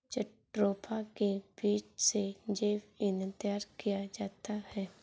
jatropha के बीज से जैव ईंधन तैयार किया जाता है